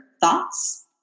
thoughts